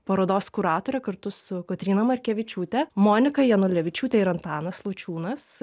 parodos kuratorė kartu su kotryna markevičiūte monika janulevičiūtė ir antanas lučiūnas